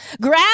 Grab